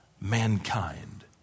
mankind